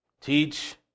teach